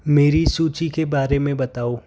मेरी सूची के बारे में बताओ